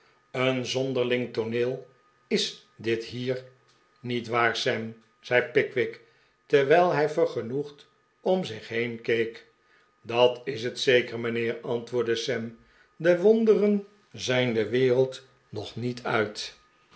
een zonderling tooneel is dit hier niet waar sam zei pickwick terwijl hij vergenoegd om zich heen keek dat is het zeker mijnheer antwoordde sam de wonderen zijn de wereld nog niet uit